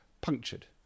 punctured